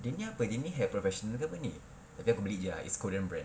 dia ni apa dia ni hair professional ke apa ni tapi aku beli juga ah it's korean brand